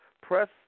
press